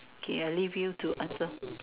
K I leave you to answer